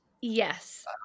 yes